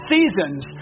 Seasons